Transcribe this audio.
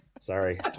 Sorry